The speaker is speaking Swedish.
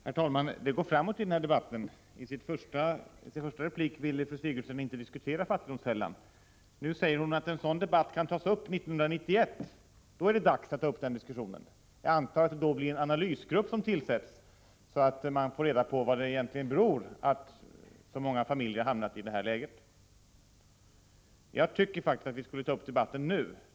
Herr talman! Det går framåt i den här debatten. I sin första replik ville fru Sigurdsen inte diskutera fattigdomsfällan. Nu säger hon att en sådan debatt kan tas upp år 1991. Jag antar att det då blir en analysgrupp som tillsätts, så att man får veta vad det egentligen beror på att så många familjer hamnat i detta läge. Jag tycker faktiskt att vi skall föra den debatten nu.